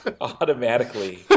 automatically